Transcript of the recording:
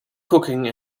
cooking